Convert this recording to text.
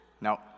Now